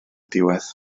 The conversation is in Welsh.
diwedd